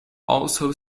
also